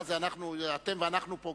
מה זה, "אתם" ו"אנחנו" פה?